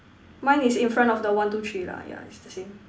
mine is in front of the one two three lah yeah it's the same